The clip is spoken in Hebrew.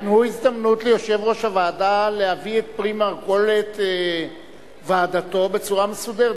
תנו הזדמנות ליושב-ראש הוועדה להביא את פרי מרכולת ועדתו בצורה מסודרת.